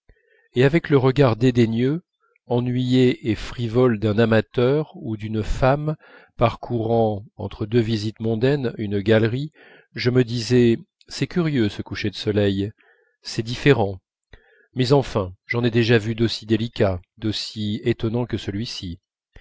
et avec le regard dédaigneux ennuyé et frivole d'un amateur ou d'une femme parcourant entre deux visites mondaines une galerie je me disais c'est curieux ce coucher de soleil c'est différent mais enfin j'en ai déjà vu d'aussi délicats d'aussi étonnants que celui-ci